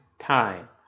time